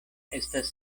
estas